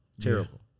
Terrible